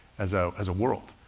as a, as a world.